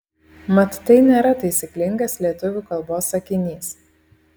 mat tai nėra taisyklingas lietuvių kalbos sakinys